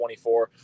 24